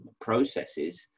processes